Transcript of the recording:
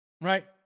right